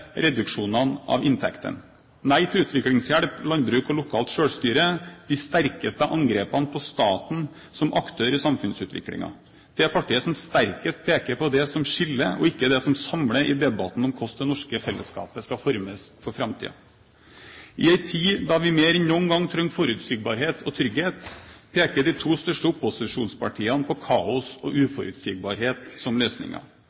reduksjonene av inntektene. De sier nei til utviklingshjelp, landbruk og lokalt selvstyre. De har de sterkeste angrepene på staten som aktør i samfunnsutviklingen og er det partiet som sterkest peker på det som skiller, og ikke det som samler, i debatten om hvordan det norske fellesskapet skal formes for framtiden. I en tid da vi mer enn noen gang trenger forutsigbarhet og trygghet, peker de to største opposisjonspartiene på kaos og uforutsigbarhet som løsninger.